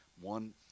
One